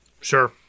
Sure